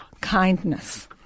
kindness